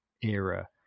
era